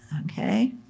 Okay